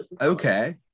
Okay